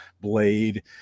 blade